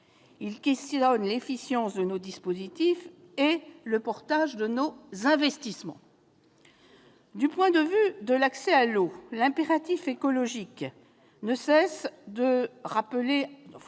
questionner sur l'efficience de nos dispositifs et le portage de nos investissements. Du point de vue de l'accès à l'eau, l'impératif écologique ne cesse de se rappeler